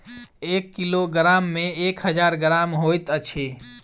एक किलोग्राम मे एक हजार ग्राम होइत अछि